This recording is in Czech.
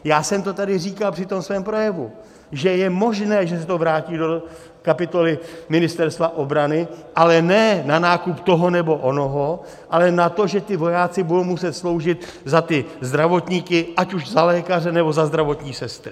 Já jsem to tady říkal při tom svém projevu, že je možné, že se to vrátí do kapitoly Ministerstva obrany, ale ne na nákup toho nebo onoho, ale na to, že ti vojáci budou muset sloužit za ty zdravotníky, ať už za lékaře, nebo za zdravotní sestry.